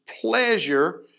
pleasure